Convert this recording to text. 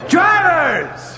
Drivers